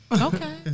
Okay